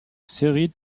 série